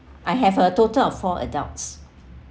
I have a total of four adults